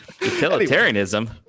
Utilitarianism